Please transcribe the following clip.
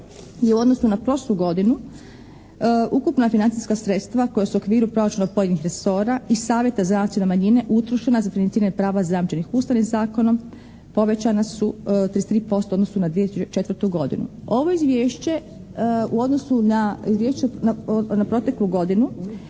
u odnosu na prošlu godinu ukupna financijska sredstva koja su u okviru proračuna pojedinih resora i savjeta za nacionalne manjine utrošena za financiranje prava zajamčenih Ustavnim zakonom povećana su 33% u odnosu na 2004. godinu. Ovo Izvješće u odnosu na Izvješće na